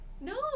No